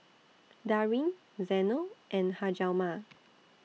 Darryn Zeno and Hjalmar